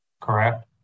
correct